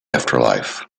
afterlife